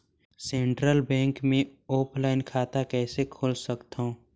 Central bank मे offline खाता कइसे खोल सकथव?